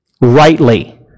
rightly